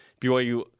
BYU